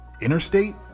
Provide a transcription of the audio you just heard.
interstate